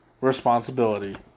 responsibility